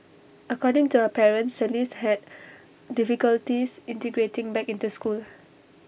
according to her parents celeste had difficulties integrating back into school